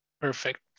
Perfect